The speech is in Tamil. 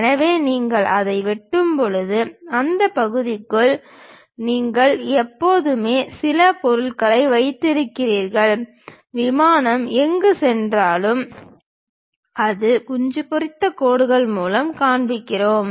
எனவே நீங்கள் அதை வெட்டும்போது அந்த பகுதிகளுக்குள் நீங்கள் எப்போதுமே சில பொருள்களை வைத்திருக்கிறீர்கள் விமானம் எங்கு சென்றாலும் அதை குஞ்சு பொறித்த கோடுகள் மூலம் காண்பிப்போம்